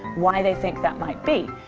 why they think that might be,